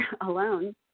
alone